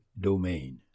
domain